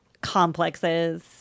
complexes